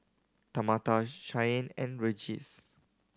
Tamatha Shyanne and Regis